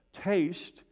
Taste